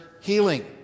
healing